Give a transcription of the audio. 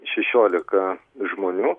šešiolika žmonių